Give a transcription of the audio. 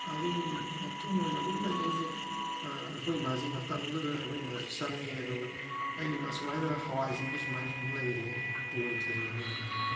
ꯑꯗꯒꯤ ꯃꯄꯨꯝ ꯑꯣꯏꯅ ꯑꯗꯨꯝ ꯂꯩ ꯑꯩꯁꯦ ꯑꯩꯈꯣꯏ ꯏꯃꯥꯁꯦ ꯃꯇꯝꯗꯨꯗ ꯑꯩꯈꯣꯏ ꯏꯃꯥꯁꯦ ꯆꯪꯉꯛꯑꯦ ꯑꯗꯨꯒ ꯑꯩꯅ ꯏꯃꯥ ꯁꯨꯃꯥꯏꯅ ꯍꯋꯥꯏꯁꯤꯡꯁꯤ ꯁꯨꯝꯃꯥꯏꯅ ꯁꯨꯝ ꯂꯩꯔꯦ ꯇꯣꯏꯗꯔꯦꯅꯦꯅ ꯍꯥꯏꯕꯗ